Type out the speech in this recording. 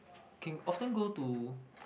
can often go to